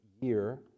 year